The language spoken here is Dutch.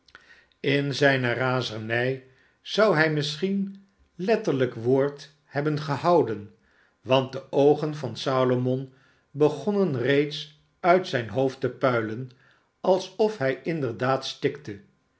in zijne razernij zou hij misschien letterlijk woord hebben gehouden want de oogen van salomon begonnen reeds uit zijn hoofd te puilen alsof hij inderdaad stikte